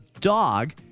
dog